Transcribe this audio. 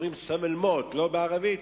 אומרים "סם אל-מות", בערבית,